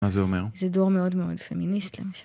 מה זה אומר? זה דור מאוד מאוד פמיניסט למיכה